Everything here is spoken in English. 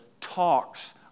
talks